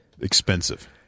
expensive